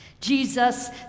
Jesus